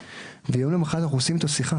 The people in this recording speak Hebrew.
ויום למחרת אנחנו עושים איתו שיחה